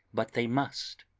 but they must!